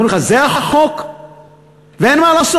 אומרים לך: זה החוק ואין מה לעשות,